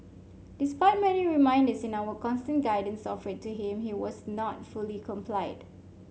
despite many reminders and our constant guidance offered to him he was not fully complied